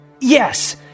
Yes